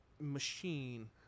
machine